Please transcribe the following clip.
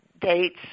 dates